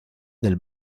del